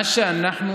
מה שאנחנו